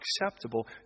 acceptable